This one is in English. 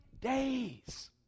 days